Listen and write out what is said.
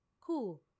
cool